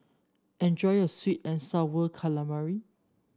enjoy your sweet and sour calamari